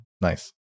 nice